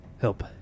help